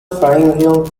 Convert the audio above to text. pharyngeal